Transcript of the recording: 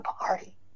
Party